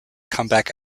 comeback